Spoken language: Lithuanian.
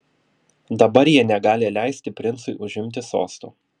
dabar jie negali leisti princui užimti sosto